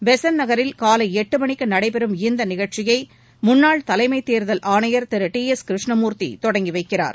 பெசன்ட் நகரில் காலை எட்டு மணிக்கு நடைபெறும் இந்த நிகழ்ச்சியை முன்னாள் தலைமத் தேர்தல் ஆணையர் திரு டி எஸ் கிருஷ்ணமூர்த்தி தொடங்கி வைக்கிறார்